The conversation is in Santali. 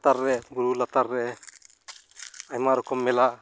ᱞᱟᱛᱟᱨ ᱨᱮ ᱵᱩᱨᱩ ᱞᱟᱛᱟᱨᱮ ᱟᱭᱢᱟ ᱨᱚᱠᱚᱢ ᱢᱮᱞᱟ